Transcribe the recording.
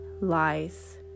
lies